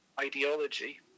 ideology